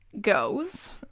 goes